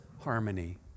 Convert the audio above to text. harmony